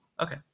Okay